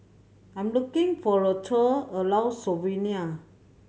I'm looking for a tour around Slovenia